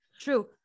true